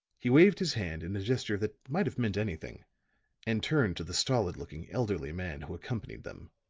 he waved his hand in a gesture that might have meant anything and turned to the stolid looking, elderly man who accompanied them.